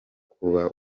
kuba